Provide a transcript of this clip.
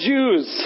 Jews